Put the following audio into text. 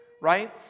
Right